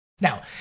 Now